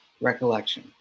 recollection